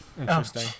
Interesting